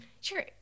sure